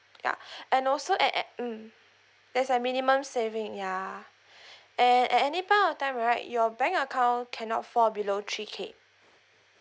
ya and also at at~ mm there's a minimum saving ya at at any point of time right your bank account cannot fall below three K